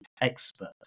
expert